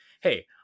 Hey